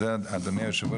אדוני היושב ראש,